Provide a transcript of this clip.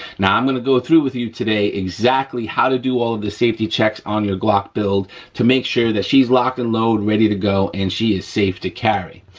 now i'm gonna go through with you today exactly how to do all of the safety checks on your glock build to make sure that she's locked and loaded, ready to go, and she is safe to carry,